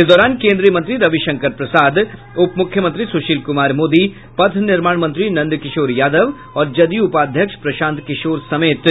इस दौरान केन्द्रीय मंत्री रविशंकर प्रसाद उपमुख्यमंत्री सुशील कुमार मोदी पथ निर्माण मंत्री नंदकिशोर यादव और जदयू उपाध्यक्ष प्रशांत किशोर समेत